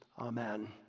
Amen